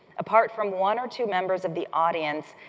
apart from one or two members of the audience,